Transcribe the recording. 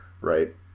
right